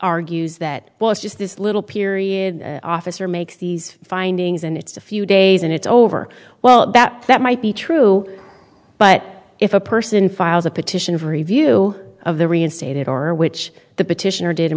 argues that was just this little period officer makes these findings and it's a few days and it's over well that that might be true but if a person files a petition for review of the reinstated or which the petitioner d